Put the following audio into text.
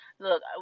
Look